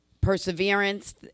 perseverance